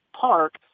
park